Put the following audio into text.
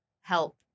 help